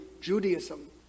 Judaism